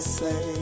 say